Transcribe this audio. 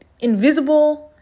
invisible